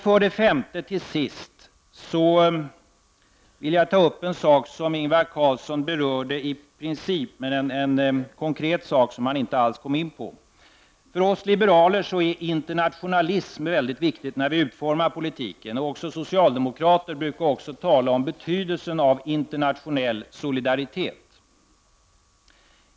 För det femte: Till sist vill jag ta upp en fråga som Ingvar Carlsson berörde i princip. Det gäller en konkret sak som han inte alls kom in på. För oss liberaler är internationalism mycket viktig när vi utformar politiken. Även socialdemokrater brukar tala om betydelsen av internationell solidaritet.